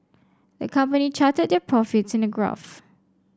the company charted their profits in a graph